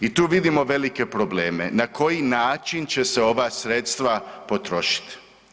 I tu vidimo velike probleme na koji način će se ova sredstava potrošit.